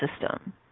system